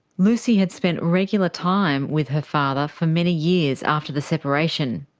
lucy had spent regular time with her father for many years after the separation.